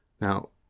Now